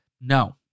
No